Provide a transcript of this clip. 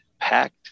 Packed